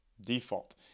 default